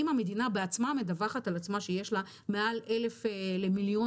אם המדינה בעצמה מדווחת על עצמה שיש לה מעל 1,000 למיליון